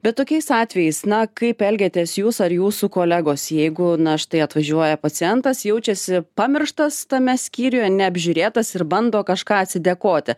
bet tokiais atvejais na kaip elgiatės jūs ar jūsų kolegos jeigu na štai atvažiuoja pacientas jaučiasi pamirštas tame skyriuje neapžiūrėtas ir bando kažką atsidėkoti